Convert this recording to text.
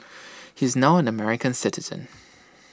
he is now an American citizen